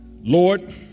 Lord